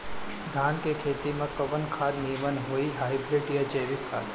धान के खेती में कवन खाद नीमन होई हाइब्रिड या जैविक खाद?